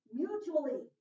mutually